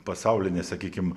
pasauline sakykim